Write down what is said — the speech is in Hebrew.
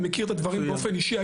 אני מכיר את הדברים באופן אישי,